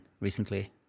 recently